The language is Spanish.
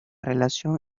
relación